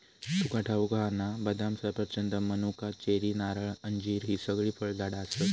तुका ठाऊक हा ना, बदाम, सफरचंद, मनुका, चेरी, नारळ, अंजीर हि सगळी फळझाडा आसत